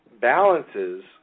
balances